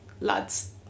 lads